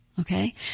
Okay